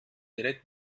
direkt